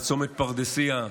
בצומת פרדסיה,